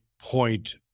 point